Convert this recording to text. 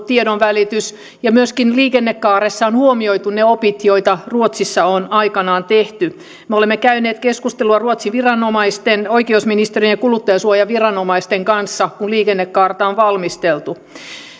tiedonvälitys ovat parantuneet ja myöskin liikennekaaressa on huomioitu ne opit joita ruotsissa on aikanaan saatu me olemme käyneet keskustelua ruotsin viranomaisten oikeusministeriön ja kuluttajansuojaviranomaisten kanssa kun liikennekaarta on valmisteltu